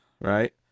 right